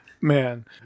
Man